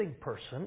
person